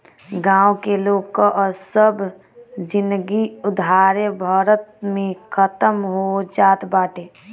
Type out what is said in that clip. गांव के लोग कअ सब जिनगी उधारे भरत में खतम हो जात बाटे